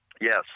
Yes